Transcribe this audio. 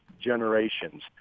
generations